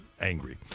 angry